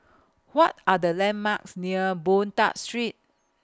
What Are The landmarks near Boon Tat Street